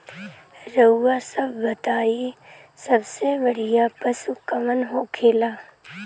रउआ सभ बताई सबसे बढ़ियां पशु कवन होखेला?